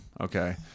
Okay